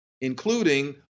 including